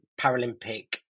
Paralympic